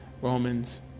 Romans